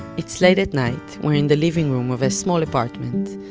it's late at night. we're in the living room of a small apartment.